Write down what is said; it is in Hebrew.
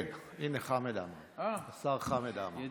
כן, הינה, חמד עמאר, השר חמד עמאר.